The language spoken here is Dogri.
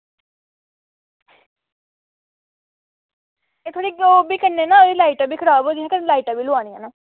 एह् थोह्ड़ी ओह् बी कन्नै ना ते लाइटां बी खराब होई दियां कन्नै लाइटां बी लोआनियां न